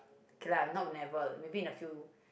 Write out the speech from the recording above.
okay lah not never maybe in a few